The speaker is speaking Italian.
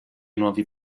nuovi